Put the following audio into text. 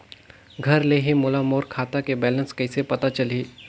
घर ले ही मोला मोर खाता के बैलेंस कइसे पता चलही?